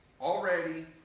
already